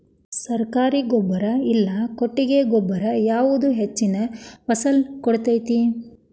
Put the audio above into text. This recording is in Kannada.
ಸರ್ಕಾರಿ ಗೊಬ್ಬರ ಇಲ್ಲಾ ಕೊಟ್ಟಿಗೆ ಗೊಬ್ಬರ ಯಾವುದು ಹೆಚ್ಚಿನ ಫಸಲ್ ಕೊಡತೈತಿ?